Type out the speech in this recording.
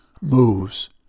moves